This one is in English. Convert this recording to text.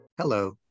Hello